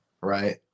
right